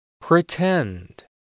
Pretend